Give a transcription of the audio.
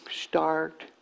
Start